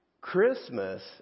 Christmas